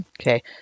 Okay